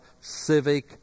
civic